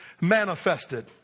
manifested